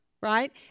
right